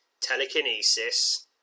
Telekinesis